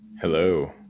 hello